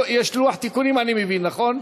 יש לוח תיקונים, אני מבין, נכון?